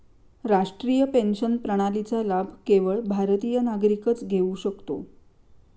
राष्ट्रीय पेन्शन प्रणालीचा लाभ केवळ भारतीय नागरिकच घेऊ शकतो